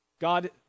God